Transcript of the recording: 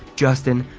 justin,